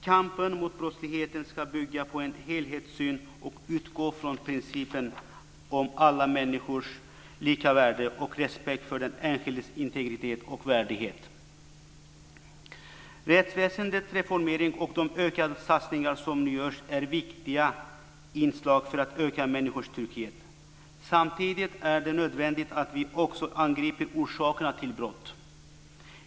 Kampen mot brottsligheten ska bygga på en helhetssyn och utgå från principen om alla människors lika värde och respekt för den enskildes integritet och värdighet. Rättsväsendets reformering och de ökade satsningar som nu görs är viktiga inslag för att öka människors trygghet. Samtidigt är det nödvändigt att vi också angriper orsakerna till brott.